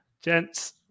Gents